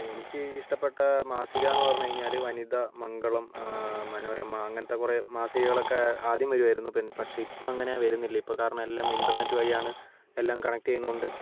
എനിക്ക് ഇഷ്ടപ്പെട്ട മാസികാന്ന് പറഞ്ഞു കഴിഞ്ഞാൽ വനിത മംഗളം മനോരമ അങ്ങനത്തെ കുറേ മാസികകളൊക്കെ ആദ്യം വരുമായിരുന്നു പക്ഷേ ഇപ്പോൾ അങ്ങനെ വരുന്നില്ല കാരണം എല്ലാം ഇൻറ്റർനെറ്റ് വഴിയാണ് എല്ലാം കണക്ട് ചെയ്യുന്നത് കൊണ്ട്